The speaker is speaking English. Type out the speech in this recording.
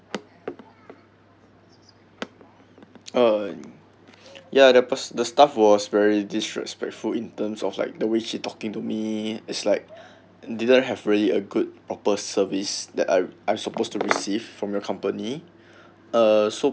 um ya the the staff was very disrespectful in terms of like the way she talking to me is like didn't have a really a good proper service that I I'm supposed to receive from your company uh so